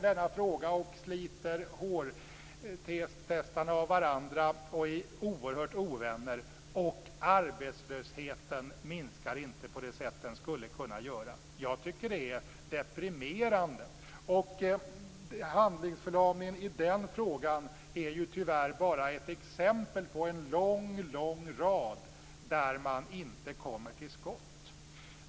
De sliter hårtestarna av varandra och är oerhörda ovänner för denna fråga. Arbetslösheten minskar inte på det sätt den skulle kunna göra. Det är deprimerande. Handlingsförlamningen i den frågan är bara ett exempel på en lång rad frågor där de inte kommer till skott.